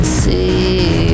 see